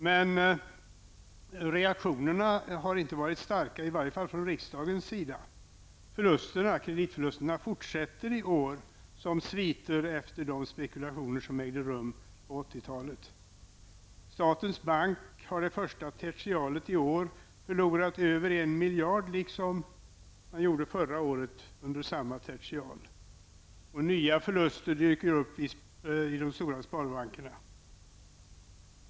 Men reaktionerna har inte varit starka, i varje fall inte från riksdagens sida. Kreditförlusterna fortsätter i år, som sviter efter de spekulationer som ägde rum på 1980-talet. Statens bank hade det första tertialet i år förlorat över en miljard, liksom man gjorde förra året under samma tertial. Nya förluster dyker upp i de stora sparbankerna.